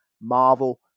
Marvel